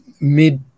mid